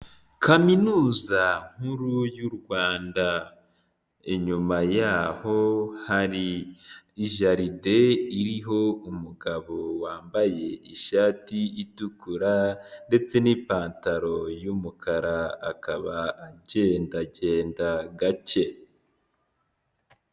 Kaminuza nkuru y'u Rwanda, inyuma yaho hari jaride iriho umugabo wambaye ishati itukura ndetse n'ipantaro y'umukara akaba agendagenda gake.